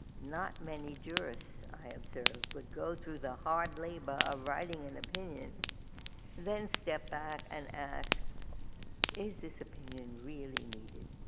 not many jurists i observed would go through the hard labor of writing an opinion then step back and ask is this opinion really needed.